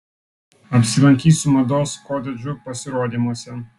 apsilankysiu mados koledžų pasirodymuose